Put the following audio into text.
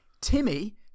Timmy